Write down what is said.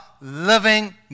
living